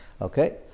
Okay